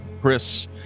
Chris